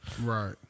Right